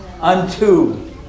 unto